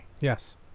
Yes